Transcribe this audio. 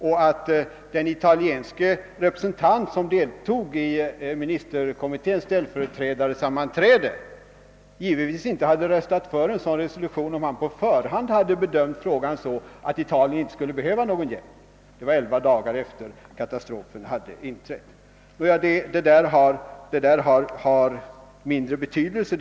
Och den italienska representant, som deltog i ministerkommitténs ställföreträdarsammanträde, hade givetvis inte röstat för en resolution av detta slag, om han på förhand hade bedömt frågan så, att Italien inte skulle behöva någ wm hjälp. Det var elva dagar efter det att katastrofen hade inträffat. Nåja, detta har mindre betydelse.